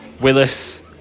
Willis